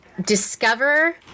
discover